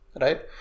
right